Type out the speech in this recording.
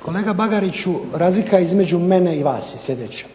Kolega Bagariću razlika između mene i vas je sljedeća.